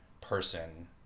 person